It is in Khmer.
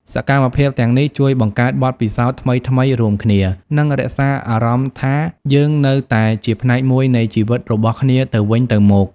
សកម្មភាពទាំងនេះជួយបង្កើតបទពិសោធន៍ថ្មីៗរួមគ្នា និងរក្សាអារម្មណ៍ថាយើងនៅតែជាផ្នែកមួយនៃជីវិតរបស់គ្នាទៅវិញទៅមក។